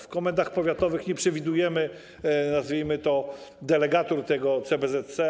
W komendach powiatowych nie przewidujemy, nazwijmy to, delegatur tego CBZC.